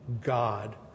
God